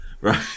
Right